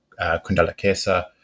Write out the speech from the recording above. Kundalakesa